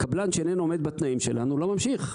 קבלן שאיננו עומד בתנאים שלנו לא ממשיך.